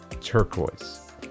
turquoise